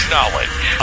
Knowledge